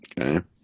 Okay